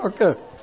Okay